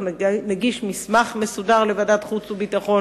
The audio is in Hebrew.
אנחנו נגיש מסמך מסודר לוועדת חוץ וביטחון,